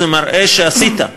זה מראה שעשית,